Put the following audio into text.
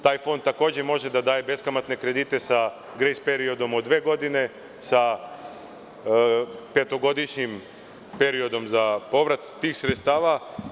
Taj fond takođe može da daje beskamatne kredite sa grejs periodom od dve godine, sa petogodišnjim periodom za povrat tih sredstava.